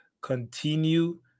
continue